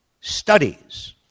studies